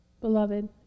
Beloved